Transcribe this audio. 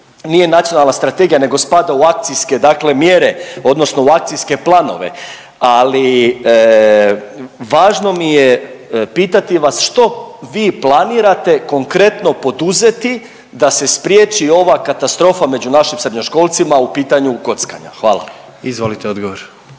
nije nacionalna strategija nego spada u akcijske dakle mjere odnosno u akcijske planove, ali važno mi je pitati vas što vi planirate konkretno poduzeti da se spriječi ova katastrofa među našim srednjoškolcima u pitanju kockanja? Hvala. **Jandroković,